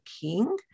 king